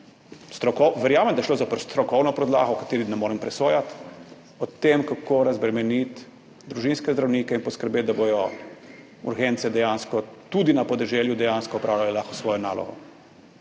Verjamem, da je šlo za strokovno podlago – o kateri ne morem presojati – o tem, kako razbremeniti družinske zdravnike in poskrbeti, da bodo dejansko tudi urgence na podeželju lahko opravljale svojo nalogo.